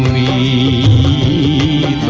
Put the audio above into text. e